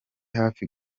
hafi